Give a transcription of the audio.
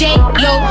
J-Lo